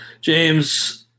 James